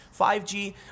5G